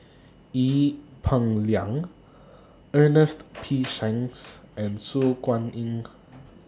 Ee Peng Liang Ernest P Shanks and Su Guaning